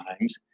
times